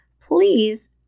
please